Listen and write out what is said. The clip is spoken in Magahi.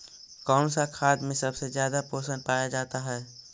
कौन सा खाद मे सबसे ज्यादा पोषण पाया जाता है?